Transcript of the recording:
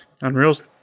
Unreal's